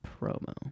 promo